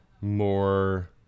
more